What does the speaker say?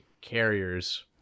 carriers